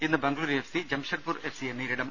ഇന്ന് Bengaluru F C Jamshedpur F സിയെ നേരിടും